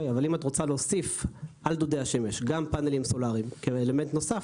אבל אם את רוצה להוסיף על דודי השמש גם פאנלים סולאריים כאלמנט נוסף,